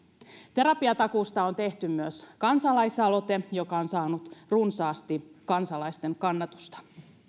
terapiatakuusta on tehty myös kansalaisaloite joka on saanut runsaasti kansalaisten kannatusta